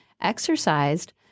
exercised